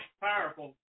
Powerful